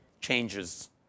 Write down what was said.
changes